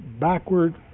backward